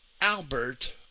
Albert